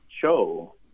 show